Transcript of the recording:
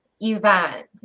event